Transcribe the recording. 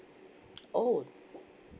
oh